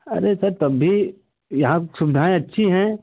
अरे सर तब भी यहाँ सुविधाएँ अच्छी हैं